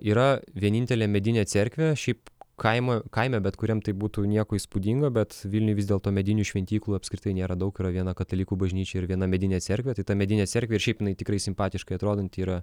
yra vienintelė medinė cerkvė šiaip kaimo kaime bet kuriam tai būtų nieko įspūdingo bet vilniuje vis dėlto medinių šventyklų apskritai nėra daug yra viena katalikų bažnyčia ir viena medinė cerkvė ir ta medinė cerkvė ir šiaip jinai tikrai simpatiškai atrodanti yra